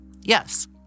Yes